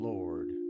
Lord